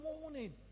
morning